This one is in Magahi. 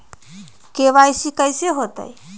के.वाई.सी कैसे होतई?